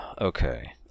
Okay